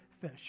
fish